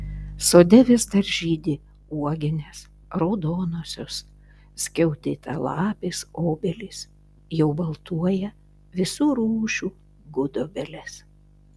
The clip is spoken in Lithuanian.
sode vis dar žydi uoginės raudonosios skiautėtalapės obelys jau baltuoja visų rūšių gudobelės